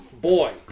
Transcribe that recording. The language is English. Boy